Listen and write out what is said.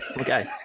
Okay